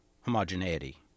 homogeneity